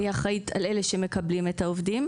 אני אחראית על אלה שמקבלים את העובדים,